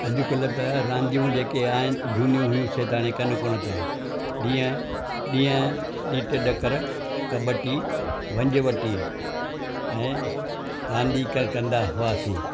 अॼुकल्ह त रांदियूं जेके आहिनि झूनियूं हुयूं शायदि हाणे कन कोन था जीअं ॾींहं डीट डक्कर कबड्डी वंज वटी ऐं रांदीगर कंदा हुआसीं